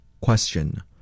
Question